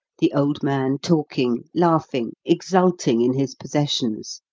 the old man talking, laughing, exulting in his possessions,